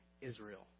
Israel